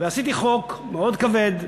חברת הביטוח הייתה מסתכלת